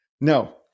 No